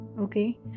okay